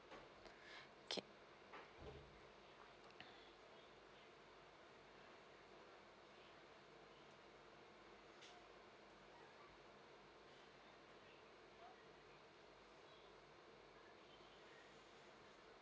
K